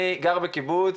אני גר בקיבוץ,